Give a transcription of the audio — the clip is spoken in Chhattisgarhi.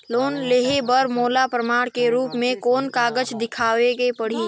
लोन लेहे बर मोला प्रमाण के रूप में कोन कागज दिखावेक पड़ही?